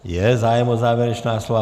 Je zájem o závěrečná slova.